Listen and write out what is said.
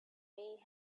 way